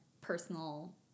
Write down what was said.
personal